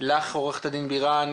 עו"ד בירן,